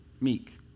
meek